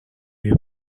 you